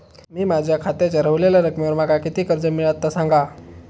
मी माझ्या खात्याच्या ऱ्हवलेल्या रकमेवर माका किती कर्ज मिळात ता सांगा?